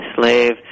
slave